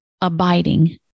abiding